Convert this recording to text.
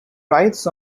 writes